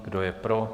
Kdo je pro?